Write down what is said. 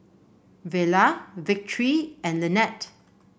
Vela Victory and Lynnette